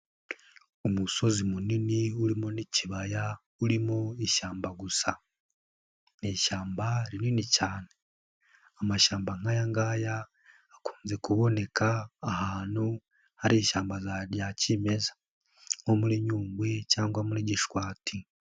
Umusozi munini urimo n'ikibaya urimo ishyamba gusa. Ni ishyamba rinini cyane. amashyamba nk'aya ngaya, akunze kuboneka ahantu hari ishyamba rya kimeza nko muri Nyungwe, cyangwa muri Gishwati.